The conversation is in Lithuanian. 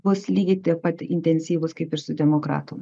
bus lygiai taip pat intensyvūs kaip ir su demokratų